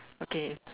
okay